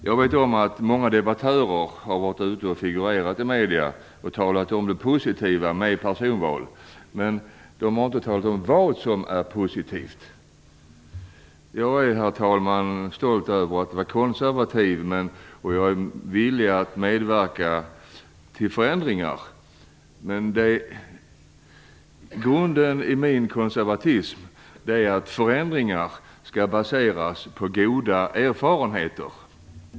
Jag vet att många debattörer figurerat i media och talat om det positiva med personlval, men de har inte talat om vad som är positivt. Jag är, herr talman, stolt över att vara konservativ, men jag är också villig att medverka till förändringar. Grunden i min konservatism är att förändringar skall baseras på goda erfarenheter.